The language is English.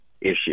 issue